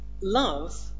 love